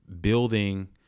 building